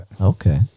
Okay